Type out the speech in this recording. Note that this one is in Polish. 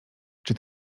czy